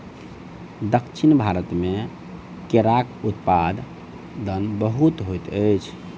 दक्षिण भारत मे केराक उत्पादन बहुत होइत अछि